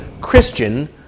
Christian